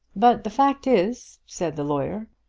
but the fact is, said the lawyer,